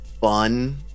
fun